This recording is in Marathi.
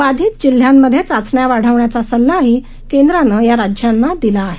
बाधित जिल्ह्यांमध्ये चाचण्या वाढवण्याचा सल्लाही केंद्रानं या राज्यांना दिला आहे